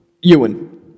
Ewan